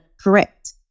correct